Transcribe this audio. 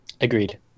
Agreed